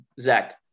Zach